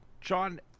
John